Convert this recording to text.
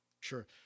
Sure